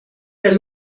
der